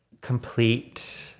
complete